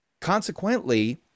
consequently